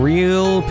Real